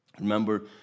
remember